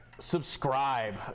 Subscribe